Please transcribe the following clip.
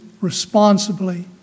responsibly